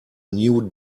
new